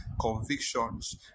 convictions